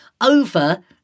over